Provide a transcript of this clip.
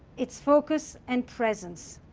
it's focus and presence.